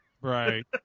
Right